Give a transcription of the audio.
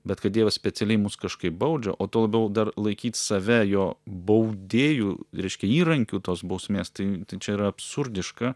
bet kad dievas specialiai mus kažkaip baudžia o tuo labiau dar laikyt save jo baudėjų reiškia įrankiu tos bausmės tai čia yra absurdiška